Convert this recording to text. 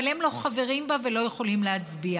אבל הם לא חברים בה ולא יכולים להצביע.